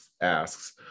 asks